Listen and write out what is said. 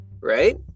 right